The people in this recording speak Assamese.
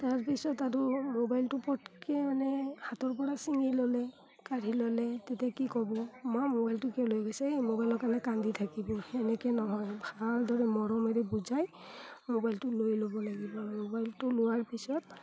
তাৰপিছত আৰু মোবাইলটো পতকৈ মানে হাতৰ পৰা ছিঙি ল'লে কাঢ়ি ল'লে তেতিয়া কি ক'ব মা মোবাইলটো কিয় লৈ গৈছা এই মোবাইলৰ কাৰণে কান্দি থাকিব সেনেকৈ নহয় ভালদৰে মৰমেৰে বুজাই মোবাইলটো লৈ ল'ব লাগিব মোবাইলটো লোৱাৰ পিছত